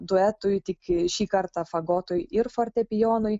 duetui tik šį kartą fagotui ir fortepijonui